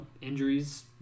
Injuries